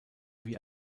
wie